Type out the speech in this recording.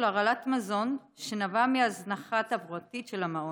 הרעלת מזון שנבעה מהזנחה תברואתית של המעון.